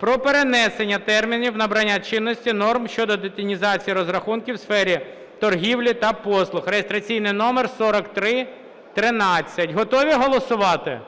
про перенесення термінів набрання чинності норм щодо детінізації розрахунків в сфері торгівлі та послуг (реєстраційний номер 4313). Готові голосувати?